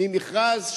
ממכרז,